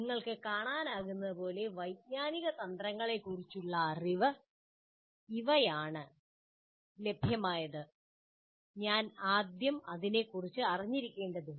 നിങ്ങൾക്ക് കാണാനാകുന്നതുപോലെ വൈജ്ഞാനിക തന്ത്രങ്ങളെക്കുറിച്ചുള്ള അറിവ് ഇവയാണ് ലഭ്യമായത് ഞാൻ ആദ്യം അതിനെക്കുറിച്ച് അറിഞ്ഞിരിക്കേണ്ടതുണ്ട്